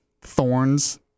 thorns